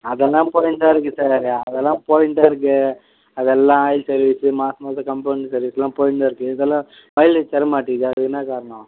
அதெல்லாம் போய்ன்னுதான் இருக்குது சார் அது அதெல்லாம் போய்ன்னுதான் இருக்குது அதெல்லாம் ஆயில் சர்வீஸு மாசம் மாசம் கம்பௌண்டு சர்வீஸுலாம் போய்ன்னுதான் இருக்குது இருந்தாலும் மைலேஜ் தர மாட்டேங்குது அது என்ன காரணம்